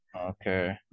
okay